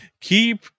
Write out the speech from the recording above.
Keep